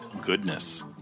goodness